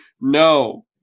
No